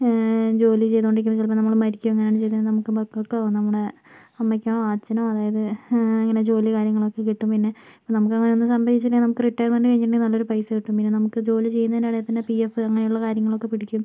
ജോലി ചെയ്തുകൊണ്ട് ഇരിക്കുമ്പം ചിലപ്പം നമ്മൾ മരിക്കുകയോ എങ്ങാനും ചെയ്താൽ നമുക്കും മക്കൾക്കും നമ്മളുടെ അമ്മയ്ക്കും അച്ഛനും അതായത് ഇങ്ങനെ ജോലി കാര്യങ്ങൾ ഒക്കെ കിട്ടും പിന്നെ നമുക്ക് അഥവാ ഒന്നും സംഭവിച്ചില്ലെൽ നമുക്ക് റിട്ടയർമെൻറ്റ് കഴിഞ്ഞിട്ട് നല്ലൊരു പ്രൈസ് കിട്ടും പിന്നെ നമുക്ക് ജോലി ചെയ്യിന്നേന് ഇടയിൽ തന്നെ പി എഫ് അങ്ങനെ ഉള്ള കാര്യങ്ങൾ ഒക്കെ പിടിക്കും